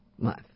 Month